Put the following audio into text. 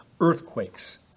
earthquakes